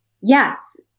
Yes